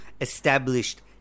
established